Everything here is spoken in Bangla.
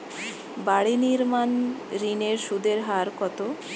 বাড়ি নির্মাণ ঋণের সুদের হার কত?